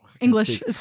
English